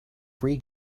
free